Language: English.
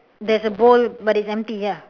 there is a bowl but it is empty ya